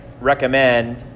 recommend